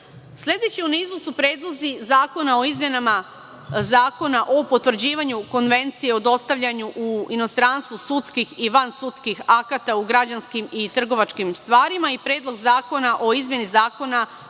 u nizu su predlozi zakona o izmenama Zakona o potvrđivanju Konvencije o dostavljanju u inostranstvo sudskih i vansudskih akata u građanskim i trgovačkim stvarima i Predlog zakona o izmeni Zakona